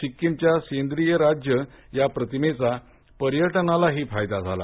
सिक्कीमच्या सेंद्रीय राज्य या प्रतिमेचा पर्यटनालाही फायदा झाला